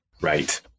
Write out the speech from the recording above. Right